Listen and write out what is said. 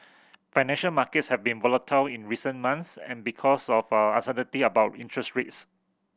financial markets have been volatile in recent months and because of uncertainty about interest rates